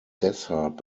deshalb